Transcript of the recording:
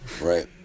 Right